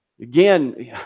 Again